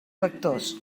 lectors